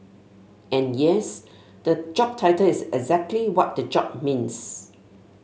and yes the job title is exactly what the job means